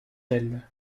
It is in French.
elle